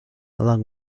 along